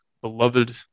beloved